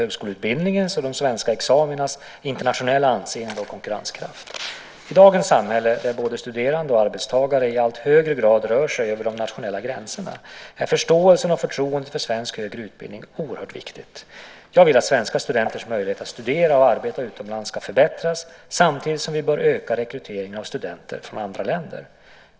Herr talman! Tobias Billström har ställt ett antal frågor till mig som rör den svenska högskoleutbildningens och de svenska examinas internationella anseende och konkurrenskraft. I dagens samhälle, där både studerande och arbetstagare i allt högre grad rör sig över de nationella gränserna, är förståelsen och förtroendet för svensk högre utbildning oerhört viktigt. Jag vill att svenska studenters möjligheter att studera och arbeta utomlands ska förbättras samtidigt som vi bör öka rekryteringen av studenter från andra länder.